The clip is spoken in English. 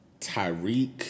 Tyreek